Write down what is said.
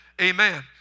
amen